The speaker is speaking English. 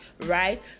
right